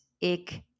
ik